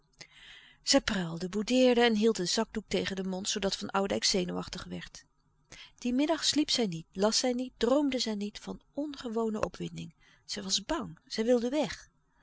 zij pruilde boudeerde en hield louis couperus de stille kracht den zakdoek tegen den mond zoodat van oudijck zenuwachtig werd dien middag sliep zij niet las zij niet droomde zij niet van ongewone opwinding zij was bang zij wilde weg